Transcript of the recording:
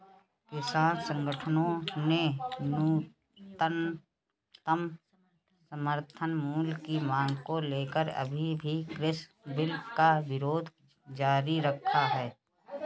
किसान संगठनों ने न्यूनतम समर्थन मूल्य की मांग को लेकर अभी भी कृषि बिल का विरोध जारी रखा है